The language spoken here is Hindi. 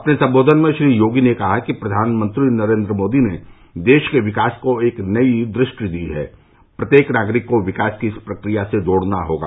अपने सम्बोधन में श्री योगी ने कहा कि प्रधानमंत्री नरेन्द्र मोदी ने देश के विकास को एक नई दृष्टि दी है प्रत्येक नागरिक को विकास की इस प्रक्रिया से जोड़ना होगा